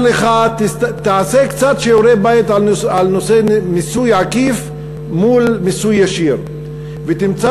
תעשה קצת שיעורי-בית על מיסוי עקיף מול מיסוי ישיר ותמצא